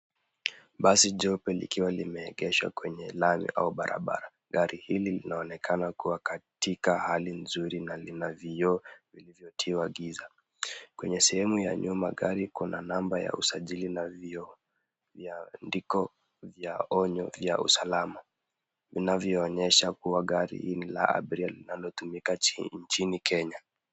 Basi jeupe likiwa limeegeshwa kwenye lami au barabara. Gari hili linaonekana kuwa katika hali nzuri na lina vioo vilivyotiwa giza. Kwenye sehemu ya nyuma gari kuna namba ya usajili na vioo. Viandiko vya onyo vya usalama vinavyoonyesha kuwa gari hili ni la abiria linalotumika nchini Kenya.